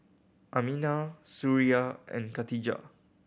Aminah Suria and Khatijah